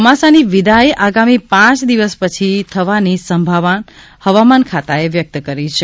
ચોમાસાની વિદાય આગામી પાંચ દિવસ પછી થવાની સંભાવના હવામાન ખાતાએ વ્યકત કરી છે